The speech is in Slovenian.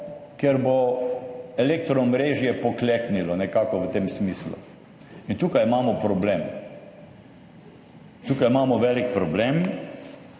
ker bo elektro omrežje pokleknilo,« nekako v tem smislu. In tukaj imamo problem, tukaj imamo velik problem.